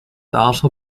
also